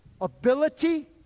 ability